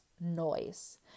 noise